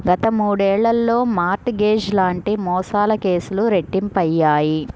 గత మూడేళ్లలో mortgage లాంటి మోసాల కేసులు రెట్టింపయ్యాయి